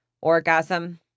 orgasm